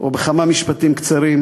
או בכמה משפטים קצרים: